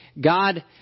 God